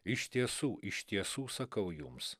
iš tiesų iš tiesų sakau jums